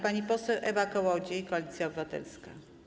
Pani poseł Ewa Kołodziej, Koalicja Obywatelska.